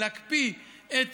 להקפיא את